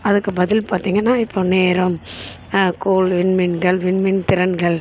அதுக்கு பதில் பார்த்திங்கன்னா இப்போ நேரம் கோள் விண்மீன்கள் விண்மின்திரள்கள்